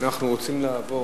נעבור